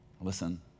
Listen